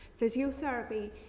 Physiotherapy